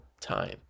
time